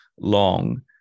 long